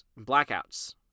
blackouts